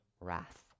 wrath